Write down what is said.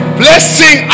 blessing